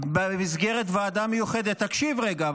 תקשיב רגע.